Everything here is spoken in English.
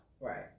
right